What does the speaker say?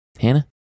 Hannah